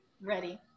ready